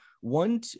one